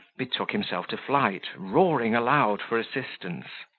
betook himself to flight, roaring aloud for assistance.